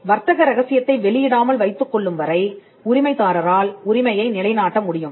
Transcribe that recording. வர்த்தக ரகசியத்தை வெளியிடாமல் வைத்துக் கொள்ளும் வரை உரிமைதாரரால் உரிமையை நிலைநாட்ட முடியும்